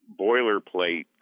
boilerplate